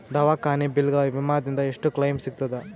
ದವಾಖಾನಿ ಬಿಲ್ ಗ ವಿಮಾ ದಿಂದ ಎಷ್ಟು ಕ್ಲೈಮ್ ಸಿಗತದ?